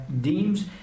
deems